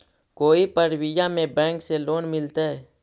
कोई परबिया में बैंक से लोन मिलतय?